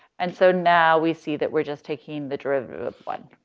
and so now we see that we're just taking the derivative of one.